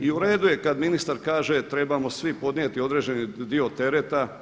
I uredu je kada ministar kaže trebamo svi podnijeti određeni dio tereta.